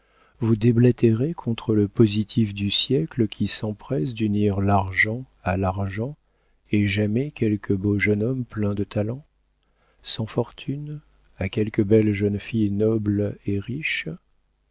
vous déblatérez contre le positif du siècle qui s'empresse d'unir l'argent à l'argent et jamais quelque beau jeune homme plein de talent sans fortune à quelque belle jeune fille noble et riche